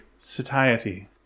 Satiety